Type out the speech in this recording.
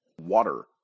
water